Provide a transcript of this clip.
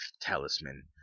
talisman